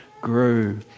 grew